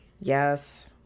Yes